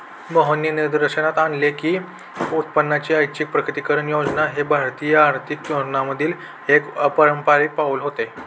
मोहननी निदर्शनास आणले की उत्पन्नाची ऐच्छिक प्रकटीकरण योजना हे भारतीय आर्थिक धोरणांमधील एक अपारंपारिक पाऊल होते